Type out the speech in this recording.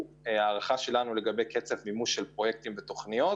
אנחנו מעריכים לגבי קצב מימוש הפרויקטים ואנחנו